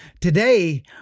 today